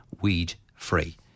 weed-free